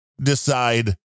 decide